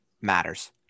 matters